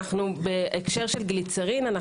אנחנו בהקשר של גליצרין.